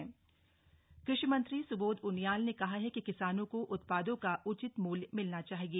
कृषि मंत्री समीक्षा कृषि मंत्री सुबोध उनियाल ने कहा है कि किसानों को उत्पादों का उचित मूल्य मिलना चाहिए